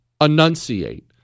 Enunciate